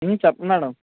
చెప్పండి మ్యాడం